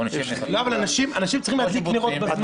אנשים צריכים להדליק נרות.